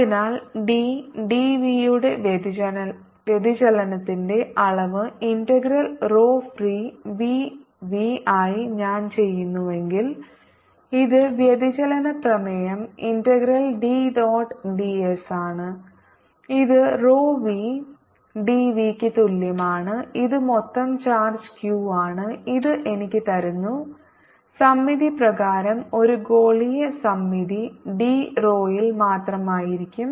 അതിനാൽ D D V യുടെ വ്യതിചലനത്തിന്റെ അളവ് ഇന്റഗ്രൽ റോ ഫ്രീ വിവി ആയി ഞാൻ ചെയ്യുന്നുവെങ്കിൽ ഇത് വ്യതിചലന പ്രമേയം ഇന്റഗ്രൽ ഡി ഡോട്ട് ഡിഎസാണ് ഇത് റോ വി ഡിവിക്ക് തുല്യമാണ് ഇത് മൊത്തം ചാർജ് ക്യു ആണ് ഇത് എനിക്ക് തരുന്നു സമമിതി പ്രകാരം ഒരു ഗോളീയ സമമിതി D റേഡിയൽ മാത്രമായിരിക്കും